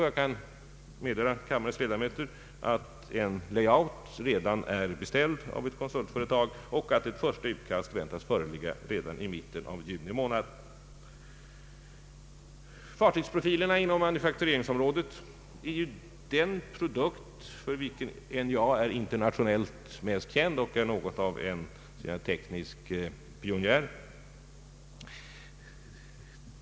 Jag kan meddela kammarens ledamöter att en lay-out är beställd hos ett konsultföretag och att ett första utkast väntas föreligga redan i mitten av juni. Fartygsprofilerna inom manufaktureringsområdet är den produkt för vilken NJA är internationellt mest känd och framstår som något av en teknisk pionjär.